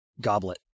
goblet